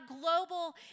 global